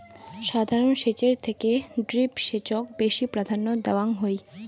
সাধারণ সেচের থেকে ড্রিপ সেচক বেশি প্রাধান্য দেওয়াং হই